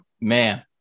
man